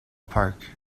park